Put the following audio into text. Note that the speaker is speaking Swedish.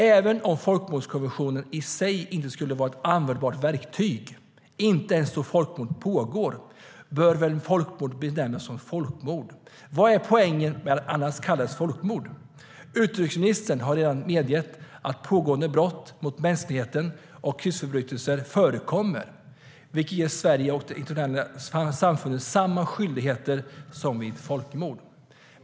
Även om folkmordskonventionen i sig inte skulle vara ett användbart verktyg, inte ens då folkmord pågår, bör väl folkmord benämnas som folkmord. Vad är annars poängen med att det kallas för folkmord? Utrikesministern har redan medgett att pågående brott mot mänskligheten och krigsförbrytelser förekommer, vilket ger Sverige och det internationella samfundet samma skyldigheter som vid folkmord.